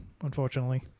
unfortunately